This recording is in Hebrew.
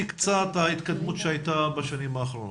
קצת התקדמות שהייתה בשנים האחרונות,